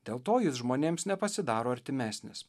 dėl to jis žmonėms nepasidaro artimesnis